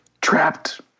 trapped